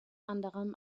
anderem